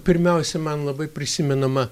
pirmiausia man labai prisimenama